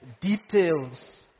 Details